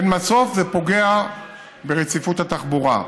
אין מסוף, זה פוגע ברציפות התחבורה.